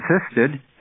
insisted